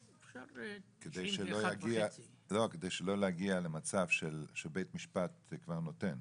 כדי שלא יגיע למצב שבית משפט כבר נותן.